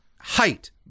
height